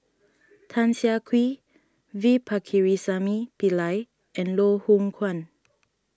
Tan Siah Kwee V Pakirisamy Pillai and Loh Hoong Kwan